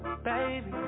Baby